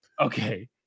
Okay